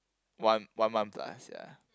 one one month plus ya